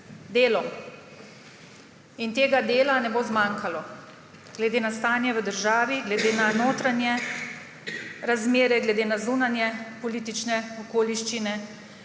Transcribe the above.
delom. Tega dela ne bo zmanjkalo glede na stanje v državi, glede na notranje razmere, glede na zunanje politične okoliščine,